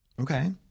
Okay